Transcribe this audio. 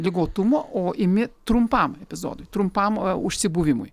ligotumo o imi trumpam epizodui trumpam užsibuvimui